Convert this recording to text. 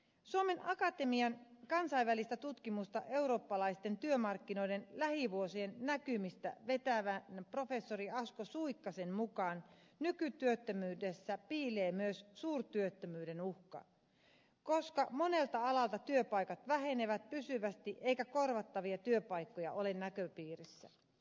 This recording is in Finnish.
suomen akatemian kansainvälistä tutkimusta eurooppalaisten työmarkkinoiden lähivuosien näkymistä vetävän professori asko suikkasen mukaan nykytyöttömyydessä piilee myös suurtyöttömyyden uhka koska monelta alalta työpaikat vähenevät pysyvästi eikä korvattavia työpaikkoja ole näköpiirissä